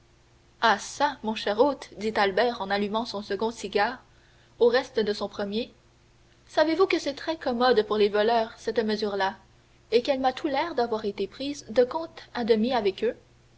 ah çà mon cher hôte dit albert en allumant son second cigare au reste de son premier savez-vous que c'est très commode pour les voleurs cette mesure là et qu'elle m'a tout l'air d'avoir été prise de compte à demi avec eux